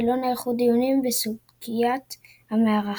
ולא נערכו דיונים בסוגיית המארחת.